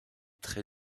très